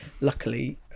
luckily